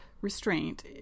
restraint